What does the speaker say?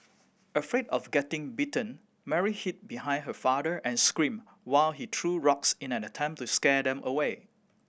afraid of getting bitten Mary hid behind her father and screamed while he threw rocks in an attempt to scare them away